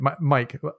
Mike